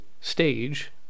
stage